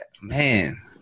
man